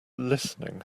listening